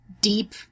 deep